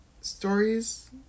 stories